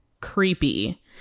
Creepy